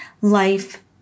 Life